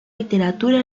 literatura